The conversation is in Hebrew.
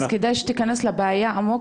אז כדאי שתכנס לבעיה עמוק,